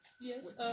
Yes